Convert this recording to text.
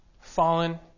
fallen